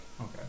Okay